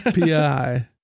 pi